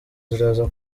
ziraza